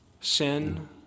Sin